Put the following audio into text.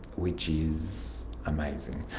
which is amazing.